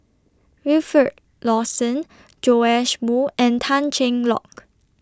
Wilfed Lawson Joash Moo and Tan Cheng Lock